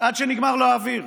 עד שנגמר לו האוויר.